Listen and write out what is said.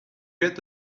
get